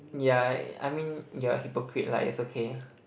yeah I mean you're a hypocrite lah it's okay